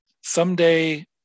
someday